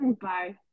Bye